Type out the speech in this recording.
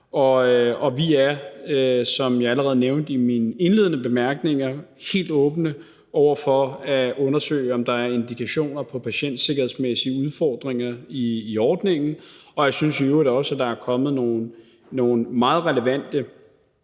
Vi er, som jeg allerede nævnte i mine indledende bemærkninger, helt åbne over for at undersøge, om der er indikationer på patientsikkerhedsmæssige udfordringer i ordningen, og jeg synes i øvrigt også, at der er kommet nogle meget relevante